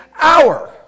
hour